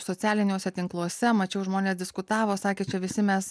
socialiniuose tinkluose mačiau žmonės diskutavo sakė čia visi mes